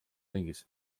ringis